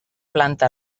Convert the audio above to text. planta